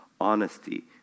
honesty